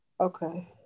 okay